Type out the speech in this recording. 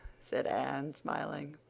said anne, smiling.